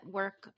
work